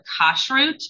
kashrut